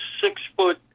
six-foot